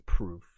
Proof